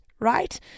Right